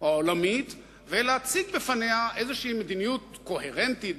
או העולמית ולהציג בפניה איזושהי מדיניות קוהרנטית,